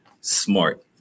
smart